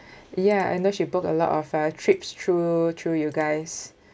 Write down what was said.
ya I know she booked a lot of our trips through through your guys